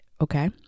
okay